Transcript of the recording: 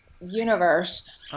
Universe